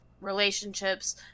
relationships